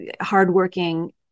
hardworking